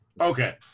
Okay